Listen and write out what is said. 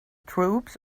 troops